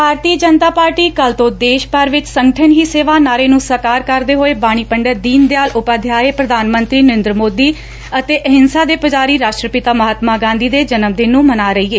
ਭਾਰਤੀ Janata party ਕੱਲੂ ਤੋਂ ਦੇਸ਼ ਭਰ ਵਿਚਨ ਸੰਗਠਨ ਹੀ ਸੇਵਾ ਨਾਅਰੇ ਨੂੰ ਸਾਕਾਰ ਕਰਦੇ ਹੋਏ ਬਾਨੀ ਪੰਡਿਤ ਦੀਨ ਦਿਆਲ ਉਪਾਧਿਆਇ ਪੁਧਾਨ ਮੰਤਰੀ ਨਰੇਂਦਰ ਮੋਦੀ ਅਤੇ ਅਹਿਂਸਾ ਦੇ ਪੁਜਾਰੀ ਰਾਸ਼ਟਰ ਪੈਤਾ ਮਹਾਤਮਾ ਗਾਂਧੀ ਦੇ ਜਨਮ ਦਿਨ ਮਨਾ ਰਹੀ ਏ